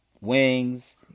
wings